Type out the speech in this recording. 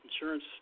insurance